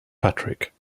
patrick